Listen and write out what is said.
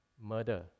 murder